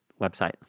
website